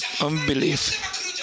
unbelief